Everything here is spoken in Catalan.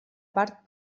part